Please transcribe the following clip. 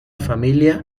familia